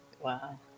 Wow